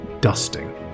dusting